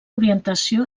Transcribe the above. orientació